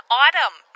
autumn